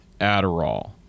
adderall